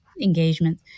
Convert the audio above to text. engagement